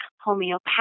homeopathic